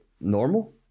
normal